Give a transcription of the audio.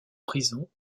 prison